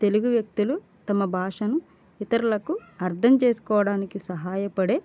తెలుగు వ్యక్తులు తమ భాషను ఇతరులకు అర్థం చేసుకోవడానికి సహాయపడే